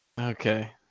Okay